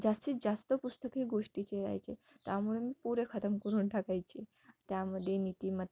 जास्तीत जास्त पुस्तके गोष्टीचे राहायचे त्यामुळे म पुरे खतम करून टाकायचे त्यामध्ये नीतिमत्ता